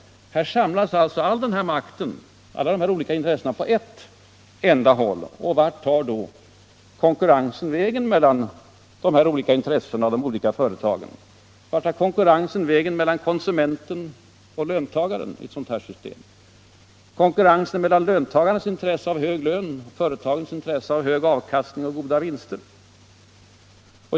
Här samlas alltså all denna makt, alla dessa olika intressen, på ett enda håll. Vart tar då konkurrensen vägen mellan de olika intressena och de olika företagen? Vart tar konkurrensen vägen mellan konsumenten och löntagaren i ett sådant här system? Vart tar konkurrensen vägen mellan löntagarnas intresse av hög lön och företagens intresse av hög avkastning och goda vinster?